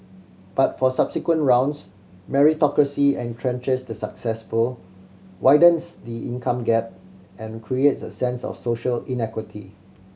but for subsequent rounds meritocracy entrenches the successful widens the income gap and creates a sense of social inequity